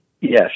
Yes